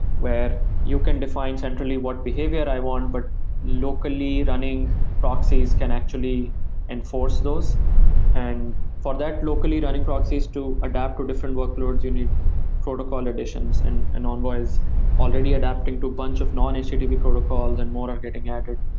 where you can define centrally what behavior i want, but locally running proxies can actually enforce those and for that locally running proxies to adapt to different workloads, you need protocol and additions and and envoy is already adapting to a bunch of non-http protocols and more are getting added.